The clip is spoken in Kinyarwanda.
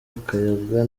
akayaga